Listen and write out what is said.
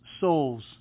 souls